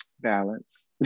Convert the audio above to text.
Balance